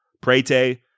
Prete